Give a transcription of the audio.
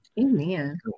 Amen